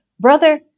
brother